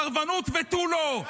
אתם יכולים ללמד אותנו על סרבנות ותו לא.